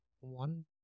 One